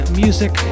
music